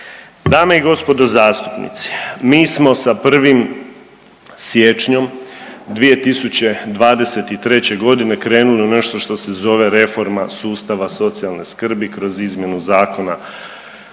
Dame i gospodo zastupnici, mi smo sa 1. siječnjom 2023.g. krenuli u nešto što se zove reforma sustava socijalne skrbi kroz izmjenu zakona,